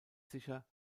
sicher